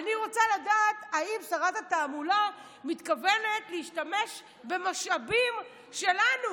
אני רוצה לדעת אם שרת התעמולה מתכוונת להשתמש במשאבים שלנו.